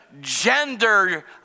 gender